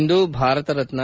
ಇಂದು Bharat Ratna